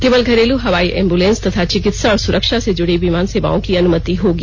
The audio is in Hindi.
केवल घरेलू हवाई एंबूलेंस तथा चिकित्सा और सुरक्षा से जुड़ी विमान सेवाओं की अनुमति होगी